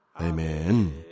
Amen